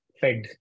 Fed